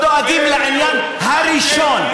לא דואגים לעניין הראשון,